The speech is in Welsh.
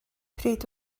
pryd